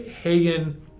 Hagen